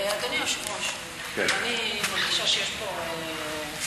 אדוני היושב-ראש, אני מרגישה שיש פה מגמה.